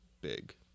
big